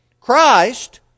Christ